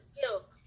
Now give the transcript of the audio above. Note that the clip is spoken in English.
skills